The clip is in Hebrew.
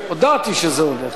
הודעתי שזה הולך.